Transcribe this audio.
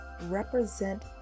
represent